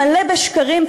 מלא בשקרים,